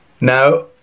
Now